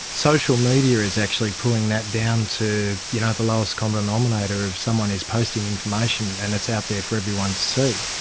social media is actually pulling that down to you know the lowest common denominator of someone is posting information and it's out there for everyone to see.